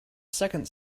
second